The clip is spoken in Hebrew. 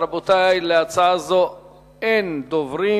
רבותי, להצעה זו אין דוברים.